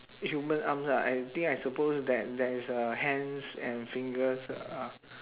human arms ah I think I suppose that there is a hands and fingers uh